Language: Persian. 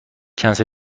کنسل